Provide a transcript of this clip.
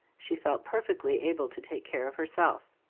she felt perfectly able to take care of herself.